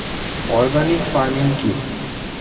Organic farming কি?